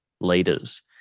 leaders